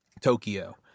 Tokyo